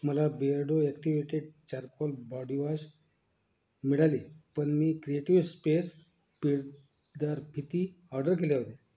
मला Beardo activated charcoal body wash मिळाले पण मी क्रिएटिव्ह स्पेस पिळदार फिती ऑर्डर केल्या होत्या